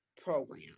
program